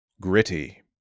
Gritty